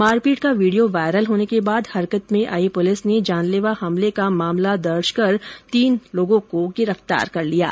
मारपीट का video viral होने के बाद हरकत में आई प्रलिस ने जानलेवा हमले का मामला दर्ज कर तीनों को गिरफ्तार कर लिया है